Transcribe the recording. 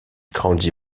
grandit